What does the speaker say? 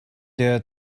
der